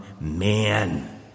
man